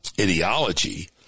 ideology